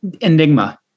Enigma